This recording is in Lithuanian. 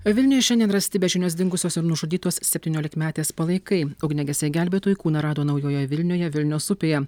vilniuje šiandien rasti be žinios dingusios ir nužudytos septyniolikmetės palaikai ugniagesiai gelbėtojai kūną rado naujoje vilnioje vilnios upėje